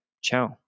Ciao